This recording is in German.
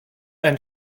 ein